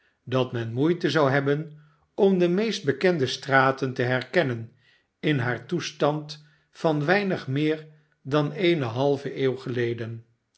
dat men moeite zou hebben om de meest bekende straten te herkennen in haar toestand van weinig meer dan eene halve eeuw geleden